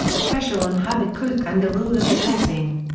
the pesher on habakkuk and the rule of the blessing.